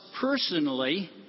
personally